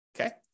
okay